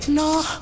No